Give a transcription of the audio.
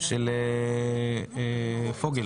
של פוגל.